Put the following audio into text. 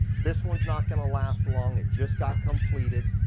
this one's not gonna last long. it just got completed.